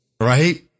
right